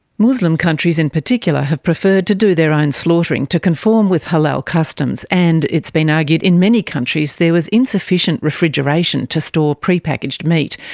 muslim countries in particular have preferred to do their own slaughtering, to conform with halal customs, and, it's been argued, in many countries there was insufficient refrigeration to store packaged meat.